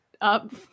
up